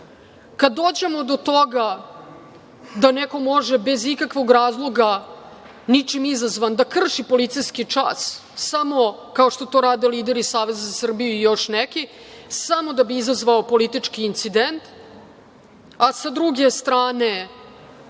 kada dođemo do toga da neko može bez ikakvog razloga, ničim izazvan da krši policijski čas, kao što to rade lideri Saveza za Srbiju i još neki, samo da bi izazvali politički incident, a sa druge strane